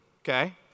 okay